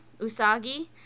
Usagi